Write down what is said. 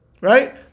Right